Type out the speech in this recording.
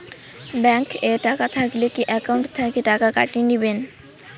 Bank এ টাকা থাকিলে কি একাউন্ট থাকি টাকা কাটি নিবেন?